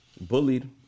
bullied